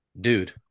dude